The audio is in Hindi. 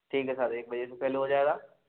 ठीक है सर एक बजे से पहले हो जाएगा